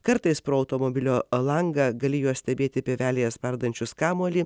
kartais pro automobilio langą gali juos stebėti pievelėje spardančius kamuolį